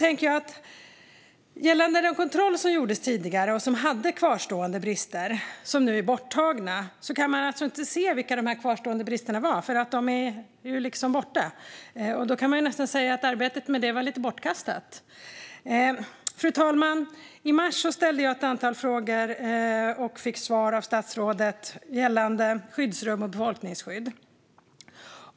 När det gäller den kontroll som gjordes tidigare och som visade på kvarstående brister kan man alltså inte se vilka bristerna var; underlagen är ju borta. Det arbetet kan nästan sägas vara bortkastat. Fru talman! I mars ställde jag ett antal frågor till statsrådet gällande skyddsrum och befolkningsskydd.